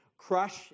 Crush